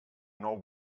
nou